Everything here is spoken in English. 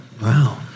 Wow